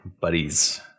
buddies